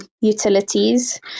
utilities